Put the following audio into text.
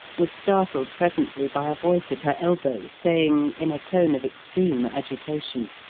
was startled presently by a voice at her elbow saying, in a tone of extreme agitation